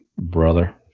Brother